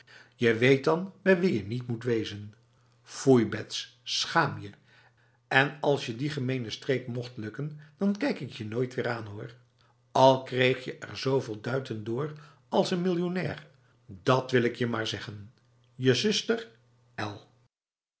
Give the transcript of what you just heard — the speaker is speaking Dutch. je weet dan bij wie je niet moet wezen foei bets schaam je en als je die gemene streek mocht lukken dan kijk ik je nooit weer aan hoor al kreeg je er zoveel duiten door als n miljonair dat wil ik je maar zeggen je zuster